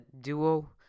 Duo